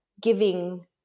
giving